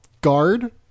guard